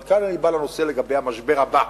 כאן אני בא לנושא של המשבר הבא.